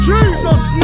Jesus